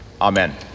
Amen